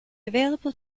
available